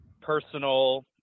personal